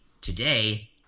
today